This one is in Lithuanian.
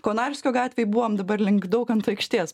konarskio gatvėj buvom dabar link daukanto aikštės